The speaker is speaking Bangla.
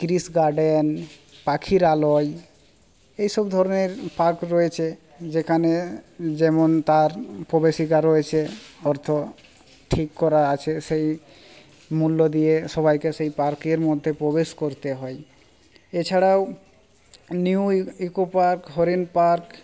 গিরিশ গার্ডেন পাখিরালয় এসব ধরণের পার্ক রয়েছে যেখানে যেমন তার প্রবেশিকা রয়েছে অর্থ ঠিক করা আছে সেই মূল্য দিয়ে সবাইকে সেই পার্কের মধ্যে প্রবেশ করতে হয় এছাড়াও নিউ ইকো পার্ক হরিণ পার্ক